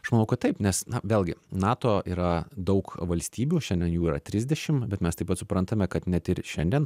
aš manau kad taip nes na vėlgi nato yra daug valstybių šiandien jų yra trisdešim bet mes taip pat suprantame kad net ir šiandien